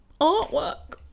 artwork